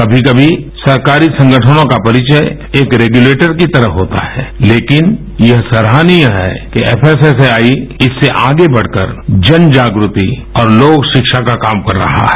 कभी कभी सरकारी संगठनों का परिचय एक रेगुलेटर की तरह होता है लेकिन यह सराहनीय है कि एक एसएसएआई इससे आगे बढ़कर जन जागृति और लोकरिक्षा का काम कर रहा है